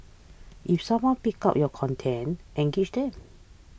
if someone picks up your content engage them